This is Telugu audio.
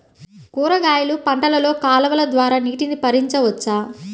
కూరగాయలు పంటలలో కాలువలు ద్వారా నీటిని పరించవచ్చా?